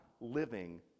living